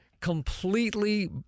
completely